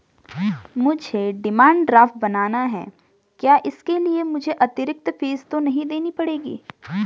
मुझे demand draft बनाना है क्या इसके लिए मुझे अतिरिक्त फीस तो नहीं देनी पड़ेगी?